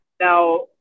Now